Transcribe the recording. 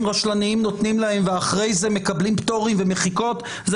רשלניים נותנים להם ואחרי זה מקבלים פטורים ומחיקות זה